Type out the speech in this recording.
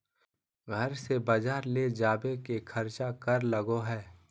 घर से बजार ले जावे के खर्चा कर लगो है?